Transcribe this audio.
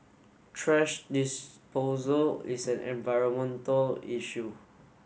thrash disposal is an environmental issue